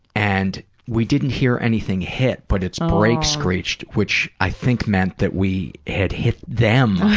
and we didn't hear anything hit, but its brakes screeched, which i think meant that we had hit them.